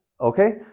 Okay